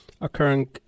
occurring